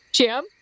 Jam